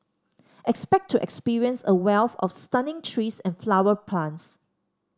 expect to experience a wealth of stunning trees and flower plants